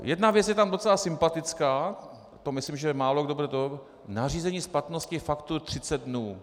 Jedna věc je tam docela sympatická, to myslím, že málokdo nařízení splatnosti faktur 30 dnů.